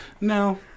no